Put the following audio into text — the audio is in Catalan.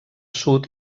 sud